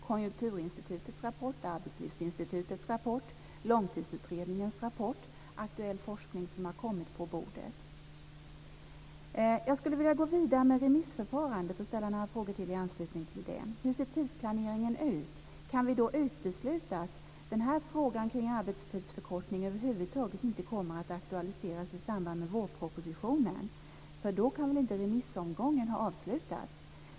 Konjunkturinstitutets rapport, Arbetslivsinstitutets rapport, Långtidsutredningens rapport och aktuell forskning har kommit på bordet. Jag skulle vilja gå vidare med remissförfarandet och ställa några frågor till i anslutning till det: Hur ser tidsplaneringen ut? Kan vi utesluta att frågan kring en arbetstidsförkortning över huvud taget inte kommer att aktualiseras i samband med vårpropositionen, för då kan väl inte remissomgången ha avslutats?